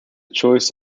choice